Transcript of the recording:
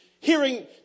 hearing